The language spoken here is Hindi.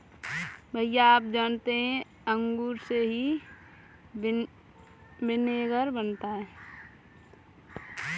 भैया आप जानते हैं अंगूर से ही विनेगर बनता है